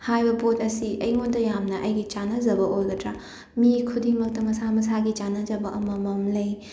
ꯍꯥꯏꯕ ꯄꯣꯠ ꯑꯁꯤ ꯑꯩꯉꯣꯟꯗ ꯌꯥꯝꯅ ꯑꯩꯒꯤ ꯆꯥꯅꯖꯕ ꯑꯣꯏꯒꯗ꯭ꯔꯥ ꯃꯤ ꯈꯨꯗꯤꯡꯃꯛꯇ ꯃꯁꯥ ꯃꯁꯥꯒꯤ ꯆꯥꯅꯖꯕ ꯑꯃꯃꯝ ꯂꯩ